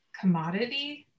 commodity